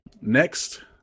next